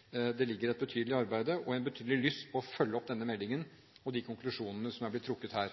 det herfra, for her ligger det et betydelig arbeid og en betydelig lyst til å følge opp denne meldingen og de konklusjonene som er blitt trukket her.